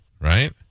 Right